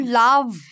love